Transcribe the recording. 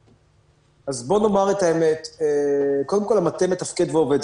אז בוא נאמר את האמת: קודם כול, המטה מתפקד ועובד.